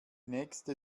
nächste